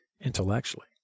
intellectually